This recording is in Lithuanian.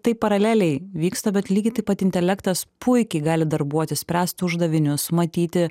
tai paraleliai vyksta bet lygiai taip pat intelektas puikiai gali darbuotis spręst uždavinius matyti